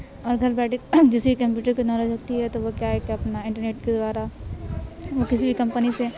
اور گھر بیٹھے جسے کمپیوٹر کی نالج ہوتی ہے تو وہ کیا ہے کہ اپنا انٹرنیٹ کے دوارا وہ کسی بھی کمپنی سے